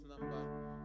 number